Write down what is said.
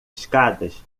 escadas